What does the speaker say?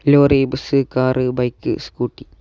lorry bus car bike scooty